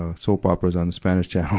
ah soap operas on the spanish channel.